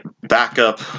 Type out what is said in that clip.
backup